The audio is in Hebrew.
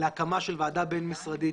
להקמה של וועדה בין משרדית,